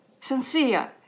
sincere